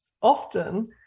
often